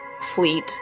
fleet